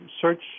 search